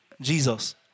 Jesus